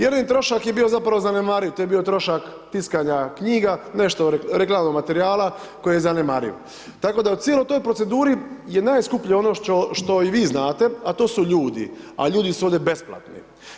Jedini je trošak bio zapravo zanemarit, to je bio trošak tiskanja knjiga, nešto reklamnog materijala koji je zanemariv, tako da u cijeloj toj proceduri je najskuplje ono što i vi znate, a to su ljudi, a ljudi su ovdje besplatni.